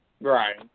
Right